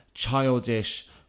childish